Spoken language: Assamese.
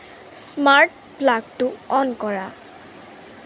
স্মাৰ্ট প্লাগটো অন কৰা